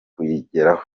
kuyigeraho